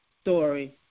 story